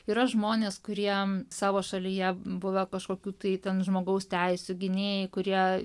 yra žmonės kurie savo šalyje buvę kažkokių tai ten žmogaus teisių gynėjai kurie